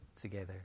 together